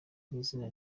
kw’izina